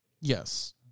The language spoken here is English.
yes